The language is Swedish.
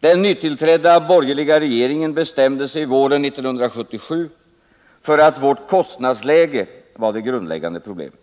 Den nytillträdda borgerliga regeringen bestämde sig våren 1977 för att vårt kostnadsläge var det grundläggande problemet.